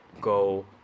go